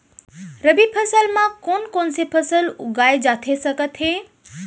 रबि फसल म कोन कोन से फसल उगाए जाथे सकत हे?